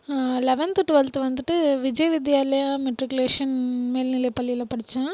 eleventh twelfth வந்துட்டு Vijay Vidyalaya matriculation மேல்நிலை பள்ளியில் படித்தேன்